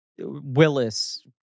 Willis